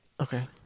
Okay